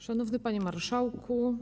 Szanowny Panie Marszałku!